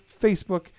Facebook